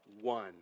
one